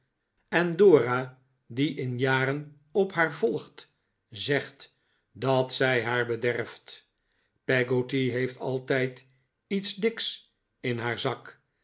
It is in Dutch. en dora die in jaren op haar volgt zegt dat zij haar bederft peggotty heeft altijd iets diks in haar zak